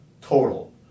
total